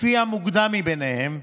לפי המוקדם מביניהם,